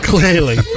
Clearly